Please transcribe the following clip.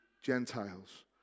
Gentiles